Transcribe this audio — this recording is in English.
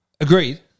agreed